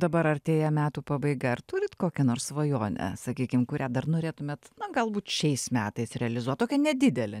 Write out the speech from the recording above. dabar artėja metų pabaiga ar turit kokią nors svajonę sakykim kurią dar norėtumėt na galbūt šiais metais realizuot tokią nedidelę